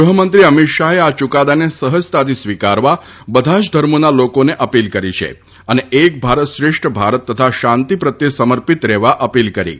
ગૃહમંત્રી અમિત શાહે આ ચૂકાદાને સહજતાથી સ્વીકારવા બધા જ ધર્મોના લોકોને અપીલ કરી છે અને એક ભારત શ્રેષ્ઠ ભારત તથા શાંતિ પ્રત્યે સમર્પિત રહેવા અપીલ કરી છે